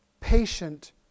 patient